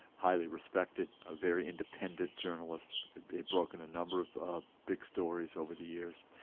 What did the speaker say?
highly respected, a very independent journalist, he'd broken a number of ah big stories over the years,